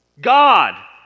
God